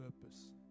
purpose